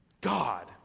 God